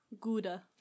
Gouda